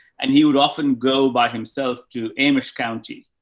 and he would often go by himself to amish county,